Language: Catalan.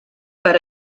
per